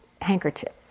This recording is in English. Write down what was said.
handkerchief